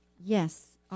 yes